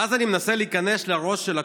ואז אני מנסה להיכנס לראש של הקואליציה.